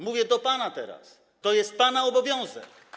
Mówię do pana teraz: to jest pana obowiązek.